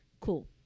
Cool